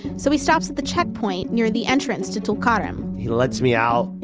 so he stops at the checkpoint near the entrance to tulkarm he lets me out,